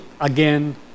again